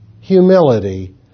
humility